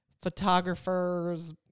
photographers